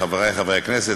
חברי חברי הכנסת,